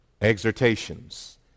exhortations